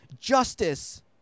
justice